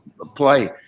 play